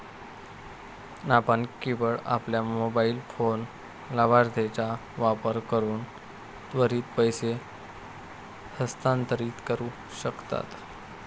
आपण केवळ आपल्या मोबाइल फोन लाभार्थीचा वापर करून त्वरित पैसे हस्तांतरित करू शकता